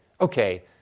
okay